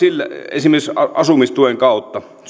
esimerkiksi asumistuen kautta